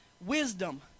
wisdom